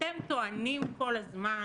אתם טוענים כל הזמן